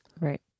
Right